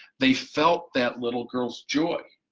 they felt that little girl's joy,